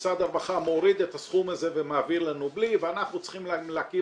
משרד הרווחה מוריד את הסכום הזה ומעביר לנו בלי ואנחנו צריכים להקים